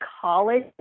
college